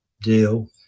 deal